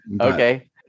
okay